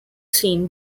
seen